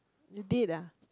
you did ah